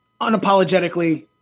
unapologetically